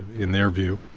in their view,